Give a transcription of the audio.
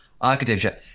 architecture